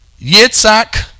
Yitzhak